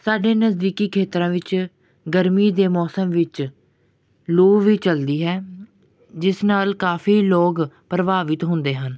ਸਾਡੇ ਨਜ਼ਦੀਕੀ ਖੇਤਰਾਂ ਵਿੱਚ ਗਰਮੀ ਦੇ ਮੌਸਮ ਵਿੱਚ ਲੂ ਵੀ ਚੱਲਦੀ ਹੈ ਜਿਸ ਨਾਲ ਕਾਫੀ ਲੋਕ ਪ੍ਰਭਾਵਿਤ ਹੁੰਦੇ ਹਨ